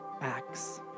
acts